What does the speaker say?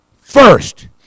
first